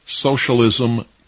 Socialism